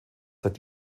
seit